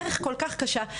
דרך כל כך קשה.